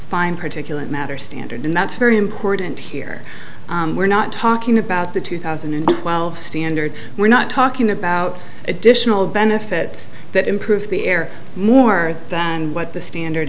fine particulate matter standard and that's very important here we're not talking about the two thousand and twelve standard we're not talking about additional benefits that improved the air more than what the standard